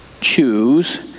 Choose